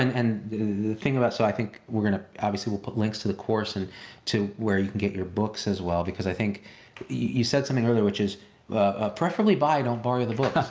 and and the thing about, so i think we're gonna, obviously we'll put links to the course and to where you can get your books as well because i think you said something earlier which is ah preferably buy, don't borrow the books.